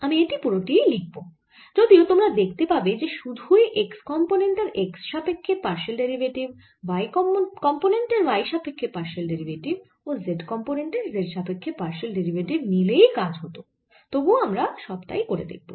আমি এটি পুরো টিই লিখব যদিও তোমরা দেখতে পাবে যে সুধুই x কম্পোনেন্ট এর x এর সাপেক্ষ্যে পারশিয়াল ডেরিভেটিভ y কম্পোনেন্ট এর y এর সাপেক্ষ্যে পারশিয়াল ডেরিভেটিভ ও z কম্পোনেন্ট এর z এর সাপেক্ষ্যে পারশিয়াল ডেরিভেটিভ নিলেই কাজ হত তবুও আমরা সবটাই করে দেখব